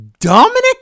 Dominic